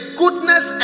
goodness